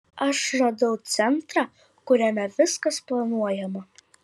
aš radau centrą kuriame viskas planuojama